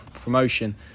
promotion